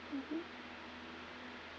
mmhmm